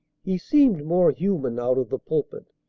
he seemed more human out of the pulpit,